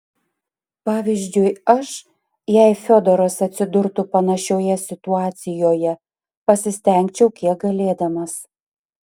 pavyzdžiui aš jei fiodoras atsidurtų panašioje situacijoje pasistengčiau kiek galėdamas